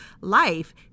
life